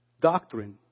doctrine